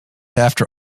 after